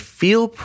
feel